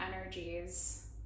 energies